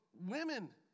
women